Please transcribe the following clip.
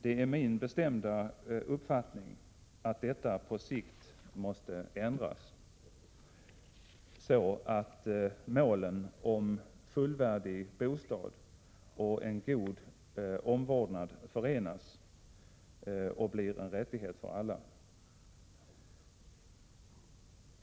Det är min bestämda uppfattning att detta på sikt måste ändras så, att målen om fullvärdig bostad och en god omvårdnadsnivå förenas och blir en rättighet för alla.